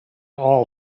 all